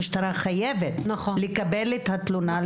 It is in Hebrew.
המשטרה חייבת לקבל את התלונה,